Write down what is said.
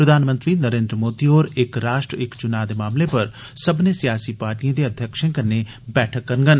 प्रधानमंत्री नरेन्द्र मोदी होर इक राश्ट्र इक चुनांऽ दे मामले उप्पर सब्मनें सियासी पार्टिएं दे अध्यक्षें कन्नै बैठक करङन